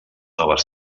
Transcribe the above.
noves